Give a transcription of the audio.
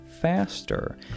faster